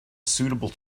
suitable